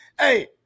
Hey